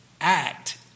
act